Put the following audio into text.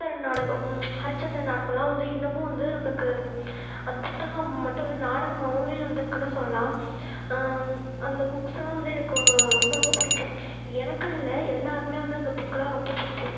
நாடகம் ஹரிச்சந்திர நாடகம்லாம் வந்து இன்னமும் வந்து நம்பளுக்கு அது புத்தகம் மட்டும் இல்லை நாடகமாகவுமே வந்துருக்குனு சொல்லலாம் அந்த புக்ஸெல்லாம் வந்து எனக்கு ரொம்ப ரொம்ப பிடிக்கும் எனக்குனு இல்லை எல்லோருக்குமே வந்து அந்த புக்கெலாம் ரொம்ப பிடிக்கும்